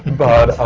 and but